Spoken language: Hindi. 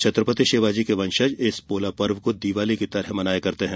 छत्रपति शिवाजी के वंशज पोला पर्व को दिवाली की तरह मनाते हैं